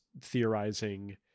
theorizing